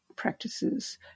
practices